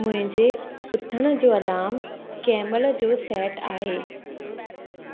मुंहिंजो उथण जो अलार्म कंहिं महिल जो सेट आहे